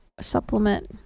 supplement